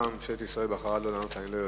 למה ממשלת ישראל בחרה לא לענות אני לא יודע.